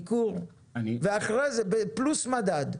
עיקור, פלוס מדד.